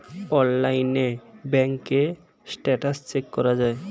অনলাইনে ব্যাঙ্কের status check করা যায়